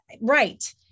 Right